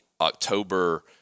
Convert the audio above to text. October